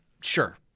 Sure